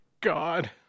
God